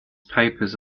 papers